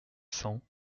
cents